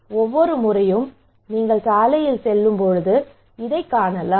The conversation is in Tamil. ஒவ்வொரு முறையும் நீங்கள் சாலையில் செல்லும்போது இதைக் காணலாம்